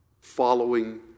following